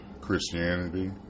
Christianity